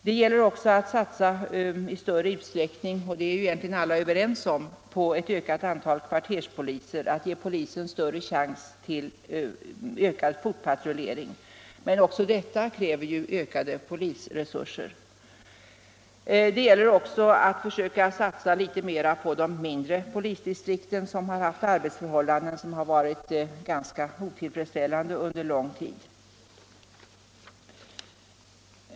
Det gäller vidare att satsa i större utsträckning — och det är ju egentligen alla överens om — på ett ökat antal kvarterspoliser, att ge polisen chans till ökad fotpatrullering. Men även detta kräver ökade polisresurser. Det gäller också att försöka satsa litet mera på de mindre polisdistrikten, som under lång tid haft ganska otillfredsställande arbetsförhållanden.